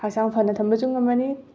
ꯍꯛꯆꯥꯡ ꯐꯅ ꯊꯝꯕꯁꯨ ꯉꯝꯃꯅꯤ